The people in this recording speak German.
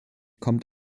kommt